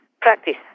practice